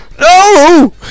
No